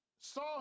saw